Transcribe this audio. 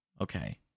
Okay